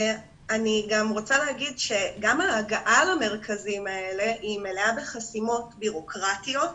גם ההגעה למרכזים האלה היא מלאה בחסימות בירוקרטיות.